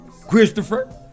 Christopher